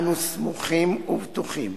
אנו סמוכים ובטוחים